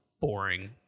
boring